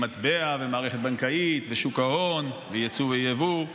עם מטבע ומערכת בנקאית ושוק הון ויצוא ויבוא.